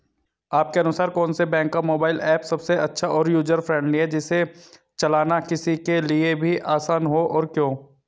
आपके अनुसार कौन से बैंक का मोबाइल ऐप सबसे अच्छा और यूजर फ्रेंडली है जिसे चलाना किसी के लिए भी आसान हो और क्यों?